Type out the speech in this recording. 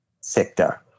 sector